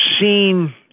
seen